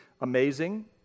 amazing